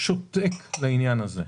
שותק בעניין הזה.